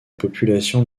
population